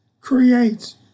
creates